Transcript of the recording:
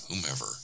whomever